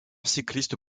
cycliste